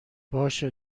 باشه